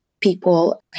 people